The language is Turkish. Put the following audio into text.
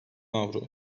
avro